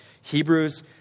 Hebrews